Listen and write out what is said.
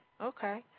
Okay